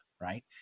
right